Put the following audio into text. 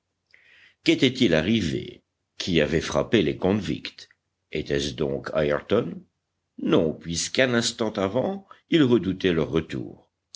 xiii qu'était-il arrivé qui avait frappé les convicts était-ce donc ayrton non puisque un instant avant il redoutait leur retour